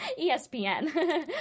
ESPN